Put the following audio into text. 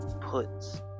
puts